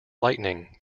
lightning